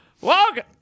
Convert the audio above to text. Welcome